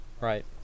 Right